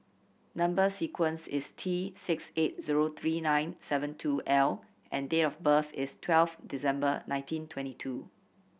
number sequence is T six eight zero three nine seven two L and date of birth is twelve December nineteen twenty two